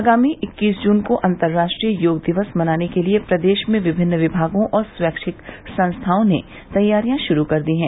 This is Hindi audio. आगामी इक्कीस जून को अन्तर्राष्ट्रीय योग दिवस मनाने के लिए प्रदेश में विभिन्न विभागों और स्वैच्छिक संस्थाओं ने तैयारियां शुरू कर दी हैं